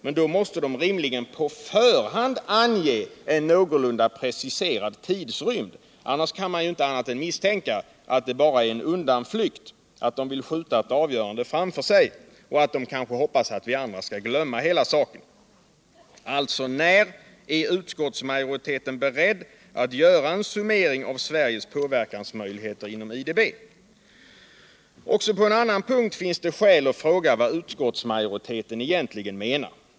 Men då måste de rimligen på förhand ange en någorlunda preciserad tidsrymd. Annars kan man inte annat än misstänka att det bara är en undanflykt. att de vill skjuta ett avgörande framför sig. att de kanske hoppas att vi andra skall glömma hela saken. Alltså: När är utskottsmajoriteten beredd att göra en summering av Sveriges påverkansmöjligheter inom IDB? Också på en annan punkt finns det skäl att fråga vad utskottsmajoriteten egentligen menar.